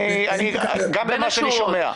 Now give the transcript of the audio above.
גם ממה שאני שומע.